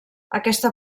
aquesta